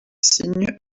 signes